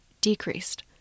decreased